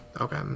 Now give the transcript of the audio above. Okay